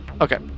Okay